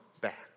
back